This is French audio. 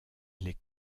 les